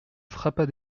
frappa